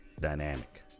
dynamic